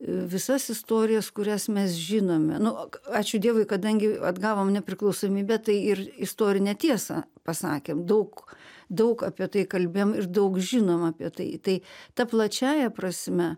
visas istorijas kurias mes žinome nu ačiū dievui kadangi atgavom nepriklausomybę tai ir istorinę tiesą pasakėm daug daug apie tai kalbėjom ir daug žinom apie tai tai ta plačiąja prasme